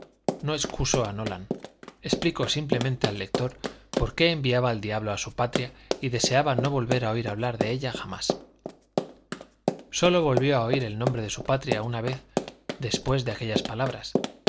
no excuso a nolan explico simplemente al lector por qué enviaba al diablo a su patria y deseaba no volver a oír hablar de ella jamás sólo volvió a oír el nombre de su patria una vez después de aquellas palabras